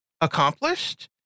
accomplished